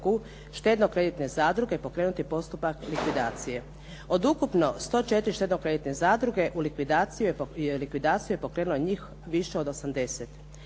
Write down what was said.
štedno-kreditne zadruge, pokrenuti postupak likvidacije. Od ukupno 104 štedno-kreditne zadruge likvidaciju je pokrenulo njih više od 80.